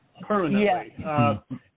permanently